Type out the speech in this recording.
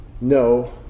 No